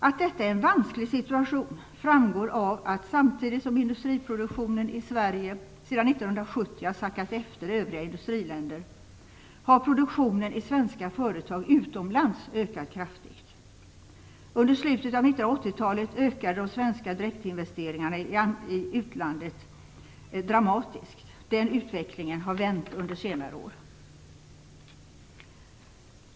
Att detta är en vansklig situation framgår av det faktum att samtidigt som industriproduktionen i Sverige sedan 1970 har sackat efter övriga industriländer har produktionen i svenska företag utomlands ökat kraftigt. Under slutet av 1980-talet ökade de svenska direktinvesteringarna i utlandet dramatiskt. Den utvecklingen har vänt under senare år.